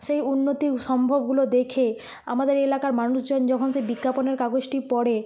সেই উন্নতি সম্ভবগুলো দেখে আমাদের এলাকার মানুষজন যখন সেই বিজ্ঞাপনের কাগজটি পড়ে